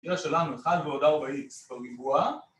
‫במקרה שלנו אחד ועוד ארבע איקס ‫בריבוע.